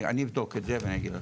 אבדוק זאת ואגיד לך.